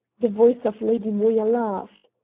the voice of lady moya laughed.